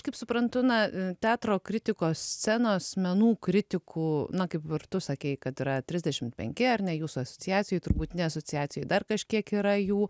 kaip suprantu na teatro kritikos scenos menų kritikų na kaip ir tu sakei kad yra trisdešimt penki ar ne jūsų asociacijoj turbūt ne asociacijoj dar kažkiek yra jų